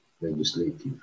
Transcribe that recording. legislative